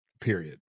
period